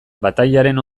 batailaren